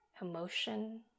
emotion